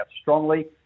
strongly